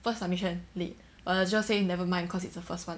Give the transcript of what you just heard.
first submission late but lecturer just say nevermind cause it's the first one